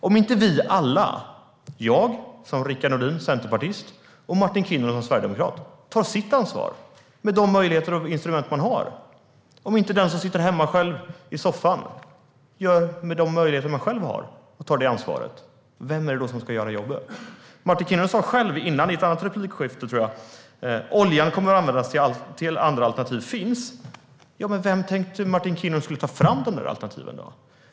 Om inte vi alla - jag, Rickard Nordin, som centerpartist, Martin Kinnunen som sverigedemokrat och den som sitter hemma i soffan - tar vårt ansvar med de möjligheter och instrument vi har, vem är det då som ska göra jobbet? Martin Kinnunen sa själv i ett annat replikskifte, tror jag, att oljan kommer att användas tills andra alternativ finns. Vem tänkte då Martin Kinnunen skulle ta fram de där alternativen?